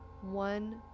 one